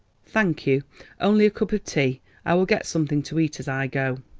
thank you only a cup of tea i will get something to eat as i go.